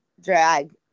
drag